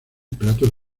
platos